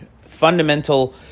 fundamental